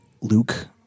Luke